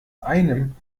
einem